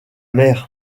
mer